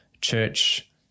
church